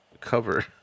cover